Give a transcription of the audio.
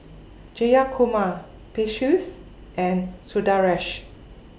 Jayakumar Peyush and Sundaresh